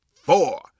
four